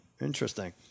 interesting